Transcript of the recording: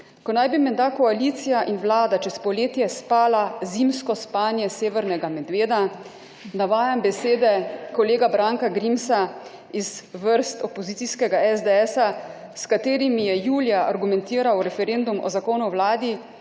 ko naj bi menda koalicija in Vlada čez poletje spala zimsko spanje severnega medveda, navajam besede kolega mag. Branka Grimsa iz vrst opozicijskega SDS, s katerimi je julija argumentiral referendum o Zakonu o Vladi,